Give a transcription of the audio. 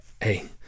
hey